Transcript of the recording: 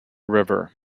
river